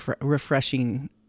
refreshing